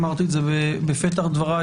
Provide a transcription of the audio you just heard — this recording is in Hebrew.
אמרתי את זה בפתח דבריי,